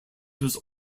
was